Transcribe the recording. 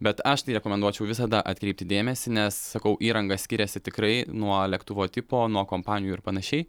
bet aš tai rekomenduočiau visada atkreipti dėmesį nes sakau įranga skiriasi tikrai nuo lėktuvo tipo nuo kompanijų ir panašiai